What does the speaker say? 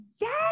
Yes